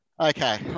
Okay